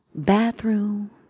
Bathroom